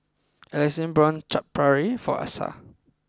Alexande bought Chaat Papri for Asa